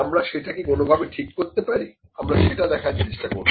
আমরা সেটা কি কোনভাবে ঠিক করতে পারি আমরা সেটা দেখার চেষ্টা করব